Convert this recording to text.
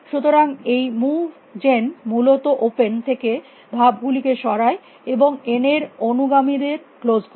সুতরাং এই move gen মূলত ওপেন থেকে ধাপ গুলিকে সরায় এবং n এর অনুগামীদের ক্লোস করে